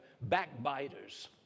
backbiters